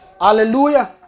Hallelujah